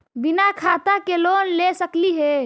बिना खाता के लोन ले सकली हे?